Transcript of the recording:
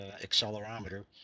accelerometer